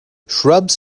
shrubs